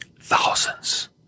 thousands